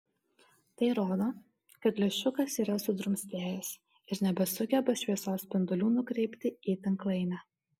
tai rodo kad lęšiukas yra sudrumstėjęs ir nebesugeba šviesos spindulių nukreipti į tinklainę